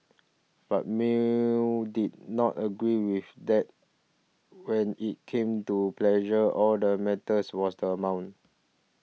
but Mill did not agree with that when it came to pleasure all that matters was the amount